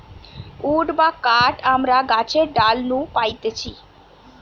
would বা কাঠ আমরা গাছের ডাল নু পাইতেছি